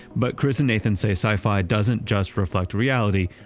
but chris and nathan say sci-fi doesn't just reflect reality.